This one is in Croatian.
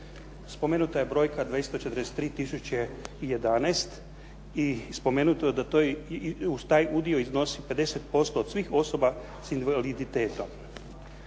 Spomenuta je brojka 243 tisuće i 11 i spomenuto je da uz taj udio iznosi 50% od svih osoba s invaliditetom.